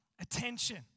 attention